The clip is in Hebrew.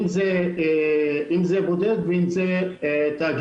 אם זה בודד ואם זה תאגיד.